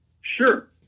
Sure